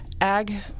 ag